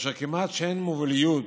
ולכן כמעט אין מוביליות